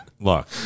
Look